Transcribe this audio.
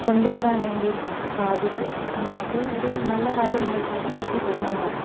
കൊണ്ടുവരാൻ വേണ്ടിയിട്ട് സാധിച്ചത് അത് ഒരു നല്ല കാര്യമായിട്ടാണ് എനിക്ക് തോന്നുന്നത്